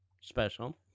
special